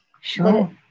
sure